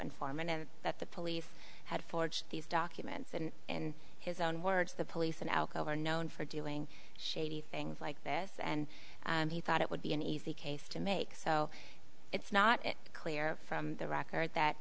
informant and that the police had forged these documents and in his own words the police and alcove are known for doing shady things like this and he thought it would be an easy case to make so it's not clear from the record that